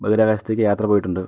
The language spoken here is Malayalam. ബഹിരാകാശത്തേക്ക് യാത്ര പോയിട്ട് ഉണ്ട്